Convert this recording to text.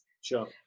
Sure